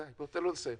די, תן לו לסיים.